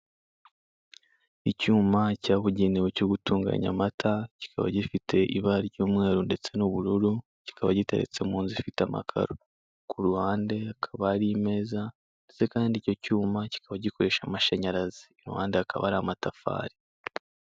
Icyuma cyabugenewe cyo gutunganya amata, kikaba gifite ibara ry'umweru ndetse n'ubururu, kikaba giteretse mu nzu ifite amakaro, ku ruhande hakaba hari imeza ndetse kandi icyo cyuma kikaba gikoresha amashanyarazi, iruhande hakaba hari amatafari.